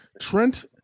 Trent